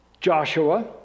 Joshua